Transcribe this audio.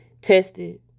tested